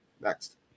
next